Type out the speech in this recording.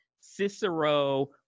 Cicero